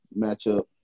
matchup